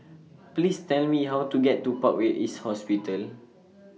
Please Tell Me How to get to Parkway East Hospital